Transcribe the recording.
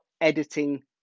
editing